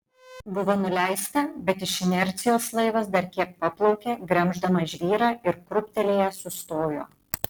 buvo nuleista bet iš inercijos laivas dar kiek paplaukė gremždamas žvyrą ir krūptelėjęs sustojo